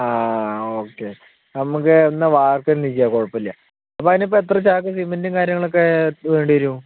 ആ ഓക്കെ നമുക്ക് എന്നാൽ വാർക്കുക തന്നെ ചെയ്യാം കുഴപ്പമില്ല അപ്പോൾ അതിനിപ്പോൾ എത്ര ചാക്ക് സിമെന്റും കാര്യങ്ങളൊക്കെ വേണ്ടി വരും